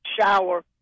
shower